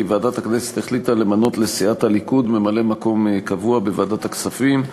כי ועדת הכנסת החליטה למנות לסיעת הליכוד ממלא-מקום קבוע בוועדת הכספים.